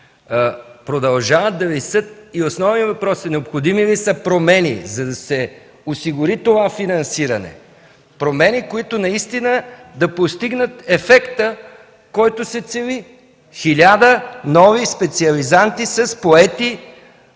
продължават да висят. Основният въпрос е: необходими ли са промени, за да се осигури това финансиране? Промени, които наистина да постигнат ефекта, който се цели – 1000 нови специализанти с поети